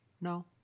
No